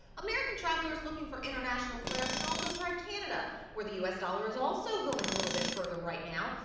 american travelers looking for international flair can also try canada where the u s dollar is also going a little bit further right now,